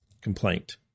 Complaint